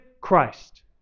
Christ